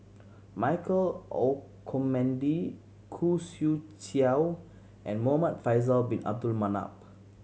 Michael Olcomendy Khoo Swee Chiow and Muhamad Faisal Bin Abdul Manap